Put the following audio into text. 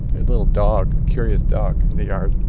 and little dog, curious dog in the yard